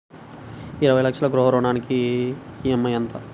ఇరవై లక్షల గృహ రుణానికి ఈ.ఎం.ఐ ఎంత?